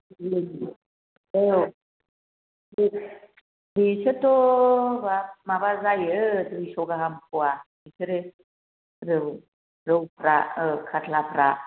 औ बिसोरथ' माबा जायो दुइस' गाहाम फवा बिसोरो औ रौफ्रा काटलाफ्रा